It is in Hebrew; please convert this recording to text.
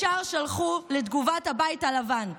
ישר שלחו לתגובת הבית הלבן,